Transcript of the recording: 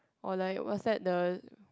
or like what's that the